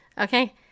Okay